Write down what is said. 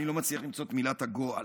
אני לא מצליח למצוא את מילת הגועל,